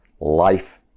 life